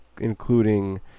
including